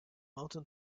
mountain